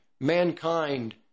Mankind